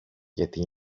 γιατί